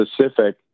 specific